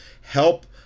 help